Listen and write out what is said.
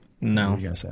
No